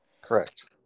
Correct